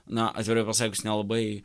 na atvirai pasakius nelabai